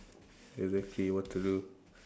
exactly what to do